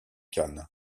cannes